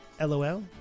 lol